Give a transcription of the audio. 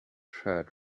shirt